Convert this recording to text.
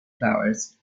flowers